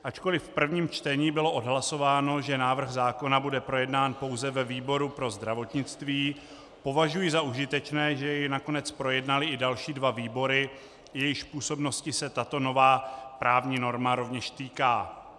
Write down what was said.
Ačkoliv v prvním čtení bylo odhlasováno, že návrh zákona bude projednán pouze ve výboru pro zdravotnictví, považuji za užitečné, že jej nakonec projednaly i další dva výbory, jejichž působnosti se tato nová právní norma rovněž týká.